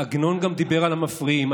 עגנון דיבר גם על המפריעים.